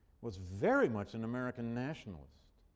was very much an american nationalist,